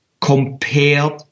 compared